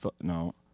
no